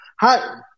Hi